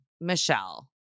Michelle